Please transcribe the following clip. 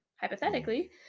hypothetically